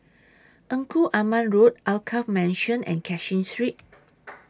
Engku Aman Road Alkaff Mansion and Cashin Street